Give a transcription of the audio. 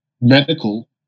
Medical